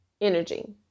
energy